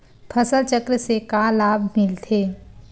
फसल चक्र से का लाभ मिलथे?